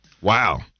Wow